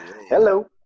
Hello